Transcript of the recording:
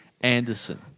Anderson